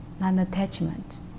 non-attachment